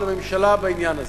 של הממשלה בעניין הזה,